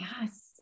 Yes